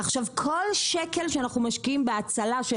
עכשיו כל שקל שאנחנו משקיעים בהצלה של